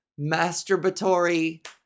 masturbatory